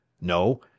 No